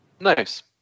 Nice